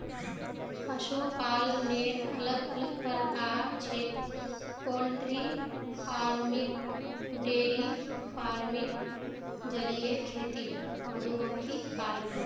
पशुपालनेर अलग अलग प्रकार छेक पोल्ट्री फार्मिंग, डेयरी फार्मिंग, जलीय खेती, मधुमक्खी पालन